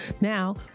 Now